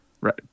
Right